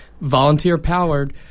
Volunteer-powered